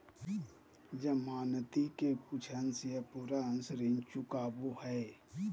जमानती के कुछ अंश या पूरा अंश ऋण चुकावो हय